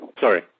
sorry